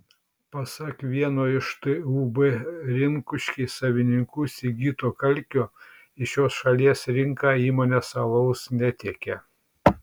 pasak vieno iš tūb rinkuškiai savininkų sigito kalkio į šios šalies rinką įmonė alaus netiekia